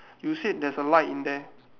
you said there's a light in there